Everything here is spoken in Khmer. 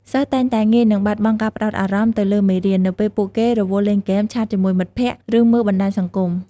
សិស្សតែងតែងាយនឹងបាត់បង់ការផ្តោតអារម្មណ៍ទៅលើមេរៀន នៅពេលពួកគេរវល់លេងហ្គេម ឆាតជាមួយមិត្តភក្តិ ឬមើលបណ្ដាញសង្គម។